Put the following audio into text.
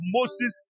Moses